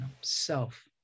self